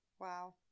Wow